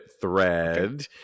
thread